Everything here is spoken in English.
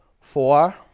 Four